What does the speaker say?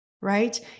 right